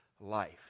life